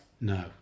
No